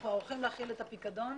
אנחנו ערוכים להחיל את הפיקדון